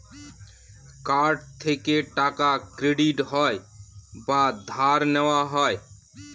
card থেকে টাকা credit হয় বা ধার নেওয়া হয়